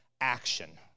action